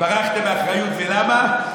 ברחתם מאחריות, ולמה?